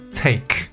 take